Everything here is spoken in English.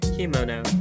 Kimono